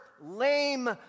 lame